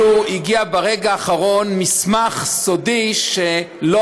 כאילו הגיע ברגע האחרון מסמך סודי שלא